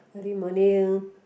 every morning